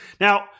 now